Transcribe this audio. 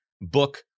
book